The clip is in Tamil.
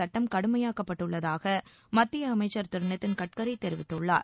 சட்டம் கடுமையாக்கப்பட்டுள்ளதாக மத்திய அமைச்சர் வாகனச் திரு நிதின் கட்கரி தெரிவித்துள்ளார்